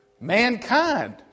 Mankind